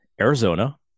Arizona